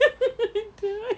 don't want